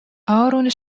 ofrûne